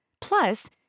Plus